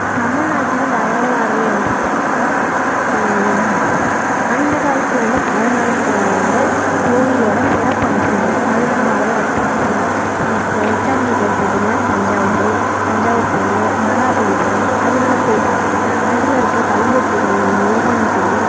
தமிழ்நாட்டில் வரலாறு என்று பார்த்தால் அந்த காலத்தில் வந்து பழங்காலத்தோட கோயிலோட சிறப்பம்சங்கள் அதுதான் வரலாற்றை கூறும் இப்போ எக்ஸ்சாம்பிள்க்கு எடுத்துகிட்டீங்கன்னா தஞ்சாவூர் தஞ்சாவூர் கோயில் மகாபலிபுரம் அதெல்லாம் போய் பார்த்தீங்கன்னா அதில் இருக்க கல்வெட்டுகள் ஒவ்வொன்னுத்திலையும்